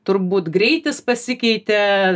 turbūt greitis pasikeitė